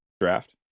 draft